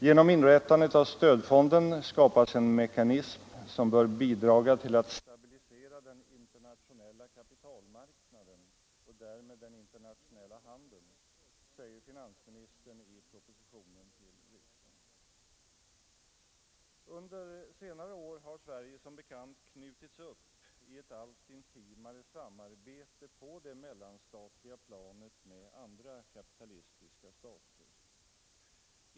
”Genom inrättandet av stödfonden skapas en mekanism som bör bidraga till att stabilisera den internationella kapitalmarknaden och därmed den internationella handeln”, säger finansministern i propositionen till riksdagen. Under senare år har Sverige som bekant knutits upp i ett allt intimare samarbete på det mellanstatliga planet med andra kapitalistiska stater.